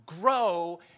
grow